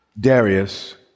Darius